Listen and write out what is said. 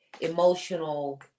Emotional